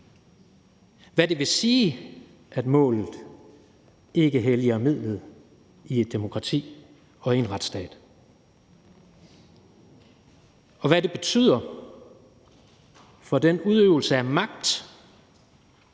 hvad det vil sige, at målet ikke helliger midlet i et demokrati og i en retsstat, og hvad det betyder for den udøvelse af magt,